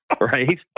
Right